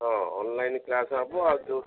ହଁ online class ହବ ଆଉ ଯେଉଁ